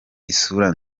isura